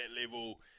level